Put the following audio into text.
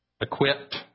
equipped